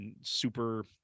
super –